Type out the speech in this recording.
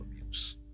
abuse